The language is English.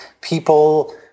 people